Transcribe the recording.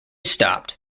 stopped